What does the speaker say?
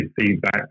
feedback